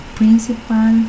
principal